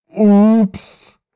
Oops